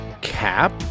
cap